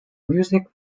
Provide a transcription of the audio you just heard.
music